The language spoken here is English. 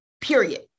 period